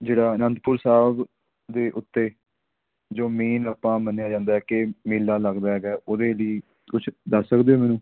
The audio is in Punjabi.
ਜਿਹੜਾ ਅਨੰਦਪੁਰ ਸਾਹਿਬ ਦੇ ਉੱਤੇ ਜੋ ਮੇਨ ਆਪਾਂ ਮੰਨਿਆ ਜਾਂਦਾ ਕਿ ਮੇਲਾ ਲੱਗਦਾ ਹੈਗਾ ਉਹਦੇ ਲਈ ਕੁਛ ਦੱਸ ਸਕਦੇ ਹੋ ਮੈਨੂੰ